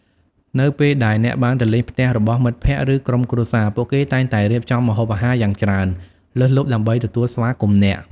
នៅពេលដែលអ្នកបានទៅលេងផ្ទះរបស់មិត្តភក្តិឬក្រុមគ្រួសារ ពួកគេតែងតែរៀបចំម្ហូបអាហារយ៉ាងច្រើនលើសលប់ដើម្បីទទួលស្វាគមន៍អ្នក។